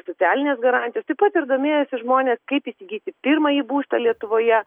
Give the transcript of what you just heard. socialinės garantijos taip pat ir domėjosi žmonės kaip įsigyti pirmąjį būstą lietuvoje